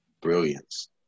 brilliance